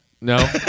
No